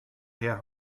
herr